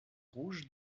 rouges